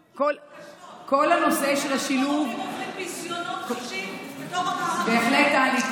ההורים, עוברים ביזיונות קשים, בהחלט, טלי.